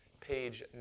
page